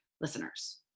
listeners